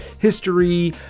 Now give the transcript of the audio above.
history